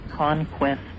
conquest